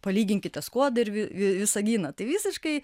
palyginkite skuodą ir vi vi visaginą tai visiškai